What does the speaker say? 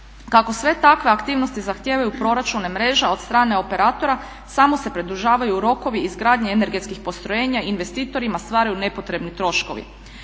Kako sve takve aktivnosti zahtijevaju proračune mreža od strane operatora samo se produžavaju rokovi izgradnje energetskih postrojenja i investitorima stvaraju nepotrebni troškovi.